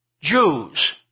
Jews